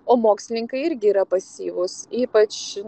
o mokslininkai irgi yra pasyvūs ypač